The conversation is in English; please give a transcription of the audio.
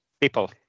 people